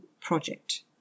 project